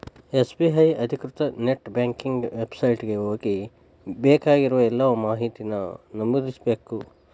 SBI ಅಧಿಕೃತ net banking website ಗೆ ಹೋಗಿ ಬೇಕಾಗಿರೋ ಎಲ್ಲಾ ಮಾಹಿತಿನ ನಮೂದಿಸ್ಬೇಕ್